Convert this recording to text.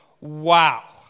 Wow